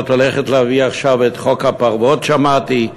את הולכת להביא עכשיו את חוק הפרוות, שמעתי,